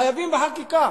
חייבים בחקיקה,